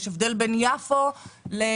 יש הבדל בין יפו לבבלי.